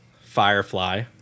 Firefly